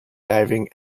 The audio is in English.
diving